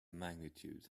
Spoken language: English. magnitude